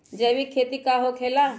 जैविक खेती का होखे ला?